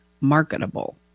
marketable